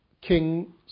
king